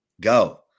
go